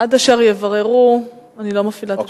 עד אשר יבררו, אני לא מפעילה את השעון.